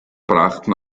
brachten